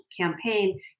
campaign